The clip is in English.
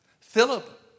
Philip